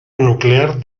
nuclear